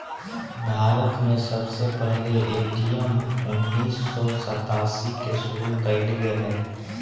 भारत में सबसे पहले ए.टी.एम उन्नीस सौ सतासी के शुरू कइल गेलय